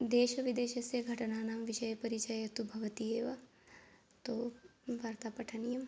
देशविदेशस्य घटनानां विषये परिचयः तु भवति एव तु वार्ता पठनीयम्